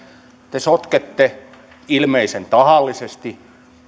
te sotkette ilmeisen tahallisesti